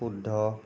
শুদ্ধ